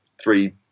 three